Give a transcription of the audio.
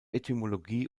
etymologie